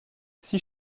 six